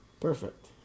perfect